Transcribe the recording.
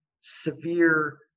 severe